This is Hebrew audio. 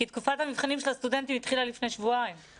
כי תקופת המבחנים של הסטודנטים התחילה לפני שבועיים,